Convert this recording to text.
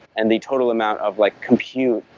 and the total amount of like compute